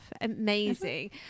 amazing